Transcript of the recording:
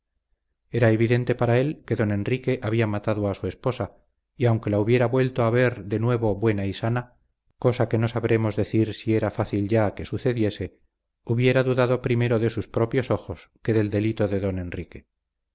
era evidente para él que don enrique había matado a su esposa y aunque la hubiera vuelto a ver de nuevo buena y sana cosa que no sabremos decir si era fácil ya que sucediese hubiera dudado primero de sus propios ojos que del delito de don enrique